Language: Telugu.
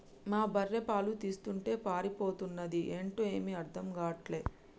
మా బర్రె పాలు తీస్తుంటే పారిపోతన్నాది ఏంటో ఏమీ అర్థం గాటల్లే